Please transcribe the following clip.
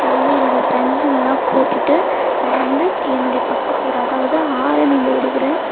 நான் வந்து என்னுடைய ஃப்ரெண்ட்ஸுங்கெல்லாம் கூட்டிகிட்டு நான் வந்து என்னுடைய பக்கத்து ஊர் அதாவது ஆரணியில் இருக்கிற